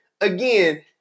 again